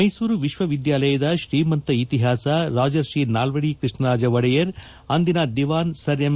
ಮೈಸೂರು ವಿಶ್ವವಿದ್ಯಾಲಯದ ಶ್ರೀಮಂತ ಇತಿಹಾಸ ರಾಜರ್ಷಿ ನಾಲ್ವಡಿ ಕೃಷ್ಣರಾಜ ಒಡೆಯರ್ ಅಂದಿನ ದಿವಾನ್ ಸರ್ ಎಂ